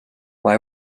why